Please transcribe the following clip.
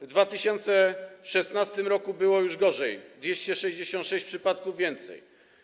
W 2016 r. było już gorzej - o 266 przypadków więcej.